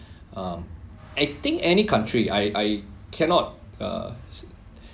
um I think any country I I cannot uh